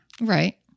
Right